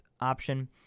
option